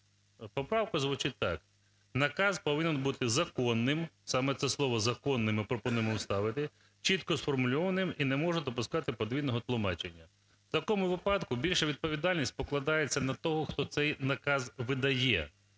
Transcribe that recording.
Поправка звучить так: наказ повинен бути законним – саме це слово "законним" ми пропонуємо оставити – чітко сформульованим і не може допускати подвійного тлумачення. В такому випадку більша відповідальність покладається на того, хто цей наказ видає,